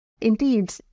Indeed